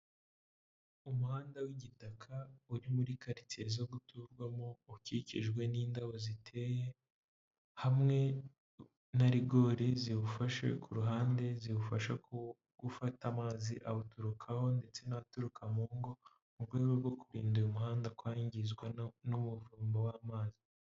Umuhanda w'igitaka uri muri karitsiye zo guturwamo ukikijwe n'indabo ziteye hamwe na rigoreri ziwufashe ku ruhande, ziwufasha gufata amazi awuturukaho ndetse n'aturuka mu ngo, mu rwego rwo kurinda umuhanda kwangizwa n'umuvumba w'amazi.